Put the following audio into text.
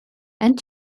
and